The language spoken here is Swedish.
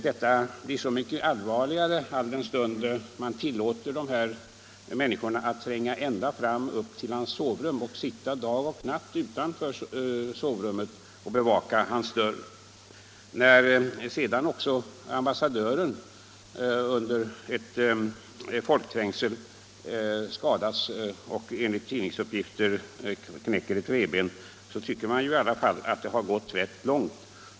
Detta blir så mycket allvarligare alldenstund man tillåter de här människorna att tränga ända fram till hans sovrum och sitta dag och natt utanför sovrummet och bevaka hans dörr. När sedan också ambassadören under folkträngsel skadas och, enligt tidningsuppgifter, knäcker ett revben tycker jag i alla fall att det har gått rätt långt.